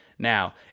Now